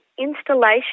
installation